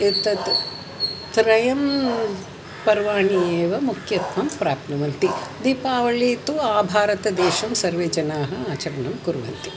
एतत् त्रयं पर्वाणि एव मुख्यत्वं प्राप्नुवन्ति दीपावलिः तु आभारतदेशं सर्वे जनाः आचरणं कुर्वन्ति